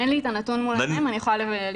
אין לי את הנתון מול העיניים, אני יכולה לבדוק.